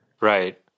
right